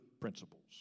principles